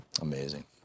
Amazing